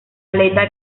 aleta